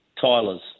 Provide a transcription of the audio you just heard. Tyler's